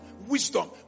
wisdom